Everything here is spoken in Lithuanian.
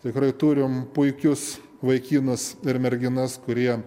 tikrai turim puikius vaikinus ir merginas kurie